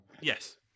Yes